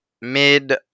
mid